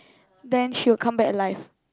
then she will come back alive